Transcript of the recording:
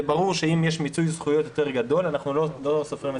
זה ברור שאם יש מיצוי זכויות יותר גדול אנחנו לא סופרים את